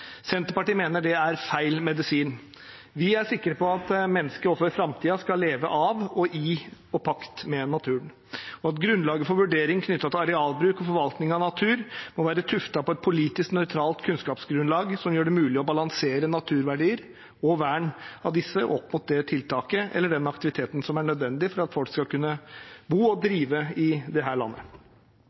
Senterpartiet mener det er feil medisin. Vi er sikre på at mennesker også i framtiden skal leve av og i pakt med naturen, og at grunnlaget for vurdering knyttet til arealbruk og forvaltning av natur må være tuftet på et politisk nøytralt kunnskapsgrunnlag som gjør det mulig å balansere naturverdier og vern av disse opp mot det tiltaket eller den aktiviteten som er nødvendig for at folk skal kunne bo og drive i dette landet.